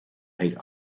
chuig